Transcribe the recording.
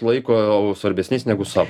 laiko svarbesniais negu savo